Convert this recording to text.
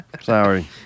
Sorry